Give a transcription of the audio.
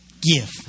Give